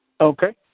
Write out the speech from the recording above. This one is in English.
Okay